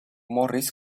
morris